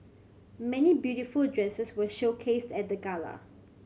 many beautiful dresses were showcased at the gala